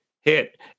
hit